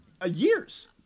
Years